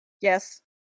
Yes